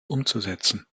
umzusetzen